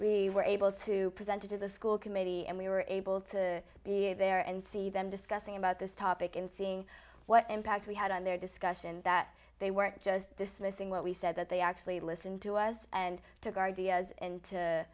we were able to present it to the school committee and we were able to be there and see them discussing about this topic and seeing what impact we had on their discussion that they weren't just dismissing what we said that they actually listened to us and took our diaz and